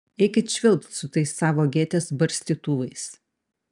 eikit švilpt su tais savo gėtės barstytuvais